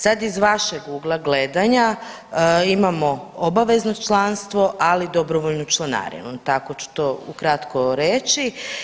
Sad iz vašeg ugla gledanja imamo obavezno članstvo, ali dobrovoljnu članarinu, tako ću to ukratko reći.